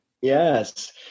Yes